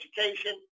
education